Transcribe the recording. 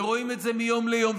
ורואים את זה מיום ליום,